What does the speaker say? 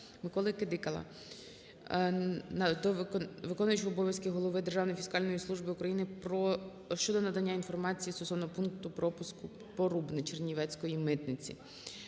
Миколи Кадикала до виконуючого обов'язки голови Державної фіскальної служби України щодо надання інформації стосовно пункту пропуску "Порубне" Чернівецької митниці.